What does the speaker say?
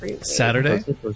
Saturday